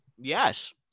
Yes